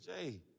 Jay